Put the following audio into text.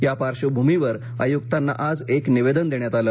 या पार्श्वभूमीवर आयुक्तांना आज एक निवेदन देण्यात आलं